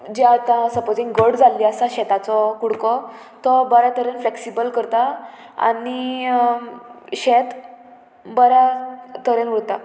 जे आतां सपोजींग घट जाल्ली आसा शेताचो कुडको तो बऱ्या तरेन फ्लेक्सिबल करता आनी शेत बऱ्या तरेन उरता